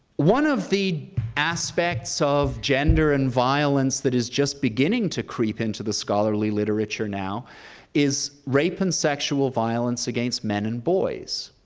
one of the aspects of gender and violence that is just beginning to creep into the scholarly literature now is rape and sexual violence against men and boys.